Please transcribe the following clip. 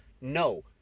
no